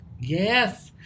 Yes